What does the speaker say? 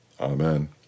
amen